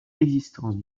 existence